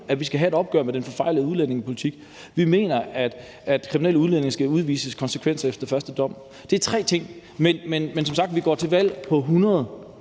at vi skal have et opgør med den forfejlede udlændingepolitik. Vi mener, at kriminelle udlændinge skal udvises konsekvent efter første dom. Der er tre ting, men vi går som sagt til valg på 100